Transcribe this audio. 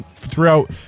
throughout